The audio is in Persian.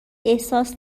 احساس